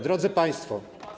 Drodzy Państwo!